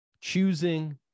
choosing